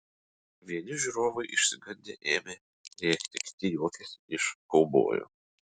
vieni žiūrovai išsigandę ėmė rėkti kiti juokėsi iš kaubojų